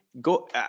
go